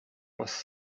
was